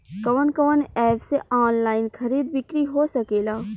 कवन कवन एप से ऑनलाइन खरीद बिक्री हो सकेला?